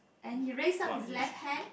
and he raise up his left hand